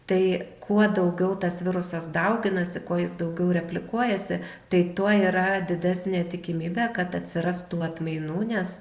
tai kuo daugiau tas virusas dauginasi ko jis daugiau replikuojasi tai tuo yra didesnė tikimybė kad atsiras tų atmainų nes